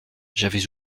j’avais